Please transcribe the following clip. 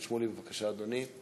מי שבעד הוא בעד ועדת הכלכלה.